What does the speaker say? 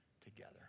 together